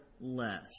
less